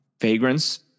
vagrants